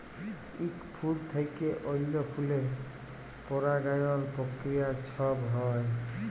ইক ফুল থ্যাইকে অল্য ফুলে পরাগায়ল পক্রিয়া ছব হ্যয়